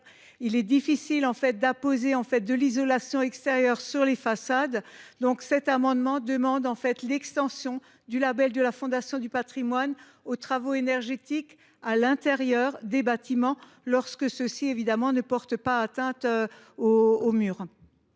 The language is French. patrimonial, d’apposer une isolation à l’extérieur sur les façades. C’est pourquoi nous demandons l’extension du label de la Fondation du patrimoine aux travaux énergétiques à l’intérieur des bâtiments, lorsque ceux ci ne portent pas atteinte aux murs.